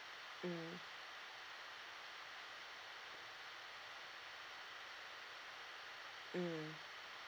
mm mm